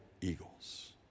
eagles